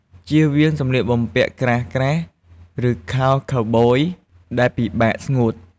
ជៀសវាងសម្លៀកបំពាក់ក្រាស់ៗ ឬខោខៅប៊យដែលពិបាកស្ងួត។